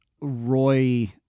Roy